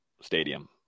Stadium